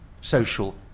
social